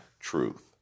truth